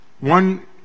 one